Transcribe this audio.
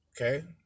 okay